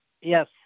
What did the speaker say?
Yes